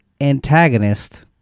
antagonist